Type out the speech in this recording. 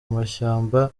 mashyamba